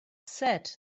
said